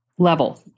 Level